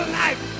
life